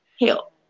help